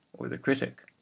or the critic,